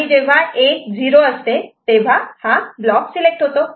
आणि जेव्हा A 0 असते तेव्हा हा ब्लॉक सिलेक्ट होतो